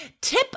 Tip